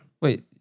Wait